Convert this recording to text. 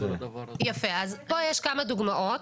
כאן יש כמה דוגמאות.